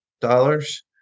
dollars